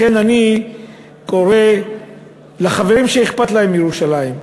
לכן אני קורא לחברים שאכפת להם מירושלים,